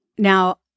Now